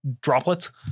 droplets